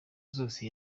zose